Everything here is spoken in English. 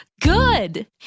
Good